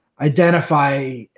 Identify